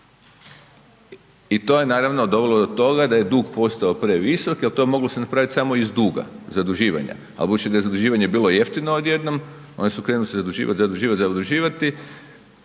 I to je naravno dovelo do toga da je dug postao previsok jer to se moglo napraviti samo iz duga, zaduživanja. Ali budući da je zaduživanje bilo jeftino odjednom oni su krenuli se zaduživati, zaduživati, zaduživati